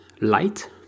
light